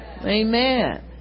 Amen